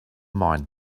mind